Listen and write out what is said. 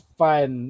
fun